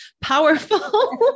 powerful